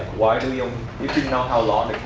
why do you if you know how long the